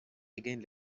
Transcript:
again